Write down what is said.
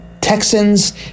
Texans